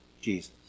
Jesus